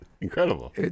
Incredible